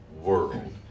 world